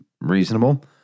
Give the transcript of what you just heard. reasonable